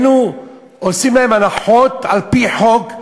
היינו עושים להם הנחות על-פי חוק,